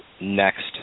next